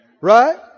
right